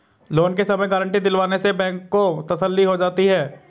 loan के समय guarantee दिलवाने से बैंक को तसल्ली हो जाती है